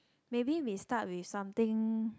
maybe we start with something